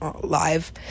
live